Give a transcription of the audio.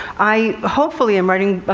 i hopefully am writing,